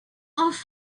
off